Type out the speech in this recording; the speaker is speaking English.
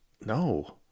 No